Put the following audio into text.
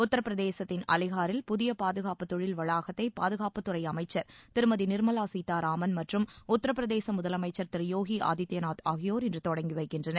உத்தரபிரதேசத்தின் அலிகாரில் புதிய பாதுகாப்பு தொழில் வளாகத்தை பாதுகாப்புத்துறை அமைச்சர் திருமதி நிர்மலா சீதாராமன் மற்றும் உத்தரபிரதேச முதலமைச்சு் திரு யோகி ஆதித்யநாத் ஆகியோர் இன்று தொடங்கி வைக்கின்றனர்